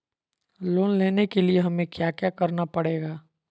Loan लेने के लिए हमें क्या क्या करना पड़ेगा?